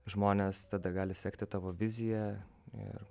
žmonės tada gali sekti tavo viziją ir